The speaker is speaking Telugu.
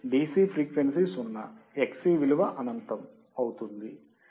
DC ఫ్రీక్వెన్సీ సున్నా Xc అనంతం అవుతుందా